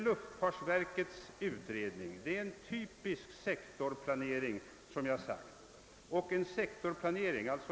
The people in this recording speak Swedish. Luftfartsverkets utredning är, som jag har sagt, en typisk sektorplanering.